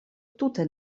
tute